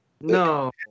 No